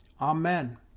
Amen